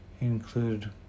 include